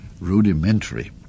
rudimentary